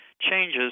changes